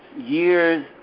years